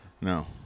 No